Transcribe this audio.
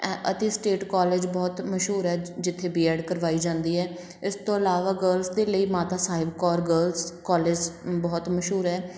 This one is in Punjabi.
ਅਤੇ ਸਟੇਟ ਕੋਲਜ ਬਹੁਤ ਮਸ਼ਹੂਰ ਹੈ ਜਿੱਥੇ ਬੀਐੱਡ ਕਰਵਾਈ ਜਾਂਦੀ ਹੈ ਇਸ ਤੋਂ ਇਲਾਵਾ ਗਰਲਸ ਦੇ ਲਈ ਮਾਤਾ ਸਾਹਿਬ ਕੌਰ ਗਰਲਸ ਕੋਲਜ ਬਹੁਤ ਮਸ਼ਹੂਰ ਹੈ